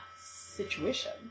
situation